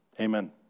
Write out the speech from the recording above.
Amen